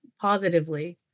positively